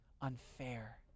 unfair